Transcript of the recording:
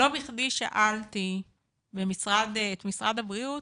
לא בכדי שאלתי את משרד הבריאות